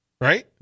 Right